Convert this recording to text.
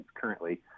currently